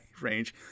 range